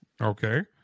Okay